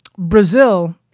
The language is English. brazil